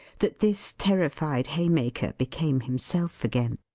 that this terrified haymaker became himself again.